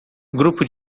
grupo